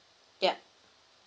yup